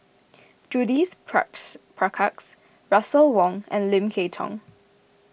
Judith Prakash Russel Wong and Lim Kay Tong